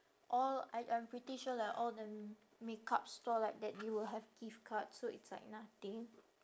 all I I'm pretty sure like all the makeup store like that they will have gift card so it's like nothing